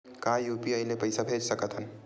का यू.पी.आई ले पईसा भेज सकत हन?